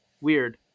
weird